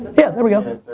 yeah there we go.